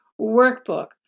workbook